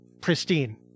pristine